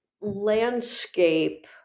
landscape